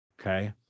okay